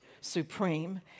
supreme